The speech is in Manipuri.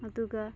ꯑꯗꯨꯒ